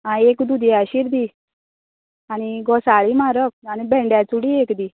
आं एक दुदया शीर दी आनी घोसाळी म्हारग आनी भेंड्या चुडी एक दी